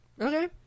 Okay